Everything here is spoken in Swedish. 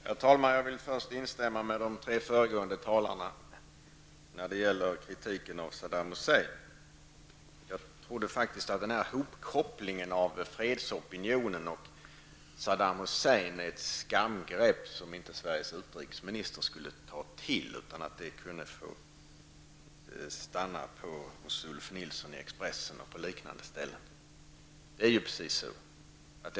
Herr talman! Jag vill först instämma med de tre föregående talarna när det gäller kritiken av Saddam Hussein. Jag trodde faktiskt att hopkopplingen av fredsopinionen och Saddam Hussein är ett skamgrepp som inte Sveriges utrikesminister skulle ta till, utan att det kunde förbehållas Ulf Nilson i Expressen och liknande ställen.